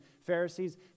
Pharisees